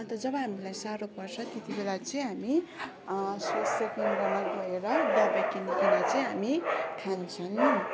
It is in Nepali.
अन्त जब हामीलाई साह्रो पर्छ त्यतिबेला चाहिँ हामी स्वास्थ्यकेन्द्रमा गएर दबाई किनिकन चाहिँ हामी खान्छौँ